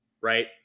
right